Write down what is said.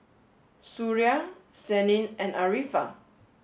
Suria Senin and Arifa